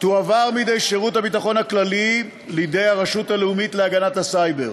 תועבר מידי שירות הביטחון הכללי לידי הרשות הלאומית להגנת הסייבר.